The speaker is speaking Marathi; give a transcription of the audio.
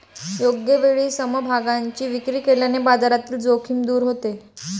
योग्य वेळी समभागांची विक्री केल्याने बाजारातील जोखीम दूर होते